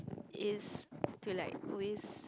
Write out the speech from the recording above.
it's to like always